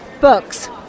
books